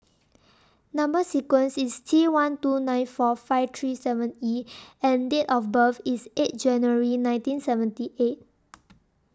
Number sequence IS T one two nine four five three seven E and Date of birth IS eight January nineteen seventy eight